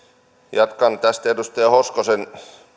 jatkan tästä edustaja hoskosen